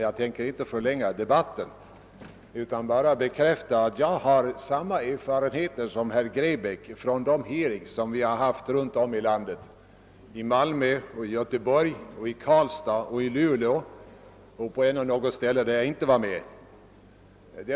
Jag kan bekräfta att jag har samma erfarenheter som herr Grebäck från de hearings vi haft runt om i landet, i Malmö, Göteborg, Karlstad, Luleå och på ytterligare något ställe där jag inte var med.